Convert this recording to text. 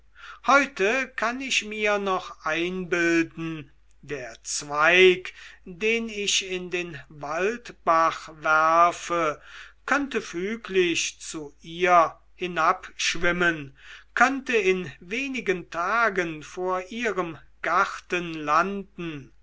heute kann ich mir noch einbilden der zweig den ich in den waldbach werfe könnte füglich zu ihr hinab schwimmen könnte in wenigen tagen vor ihrem garten landen